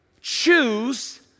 choose